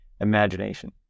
imagination